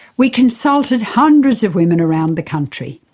we consulted hundreds of women around the country,